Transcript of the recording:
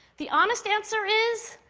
the honest answer is,